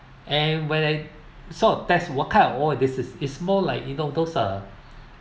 and when I sort of test what kind of oil this is is more like you know those uh